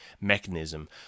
mechanism